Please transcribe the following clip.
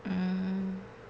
mm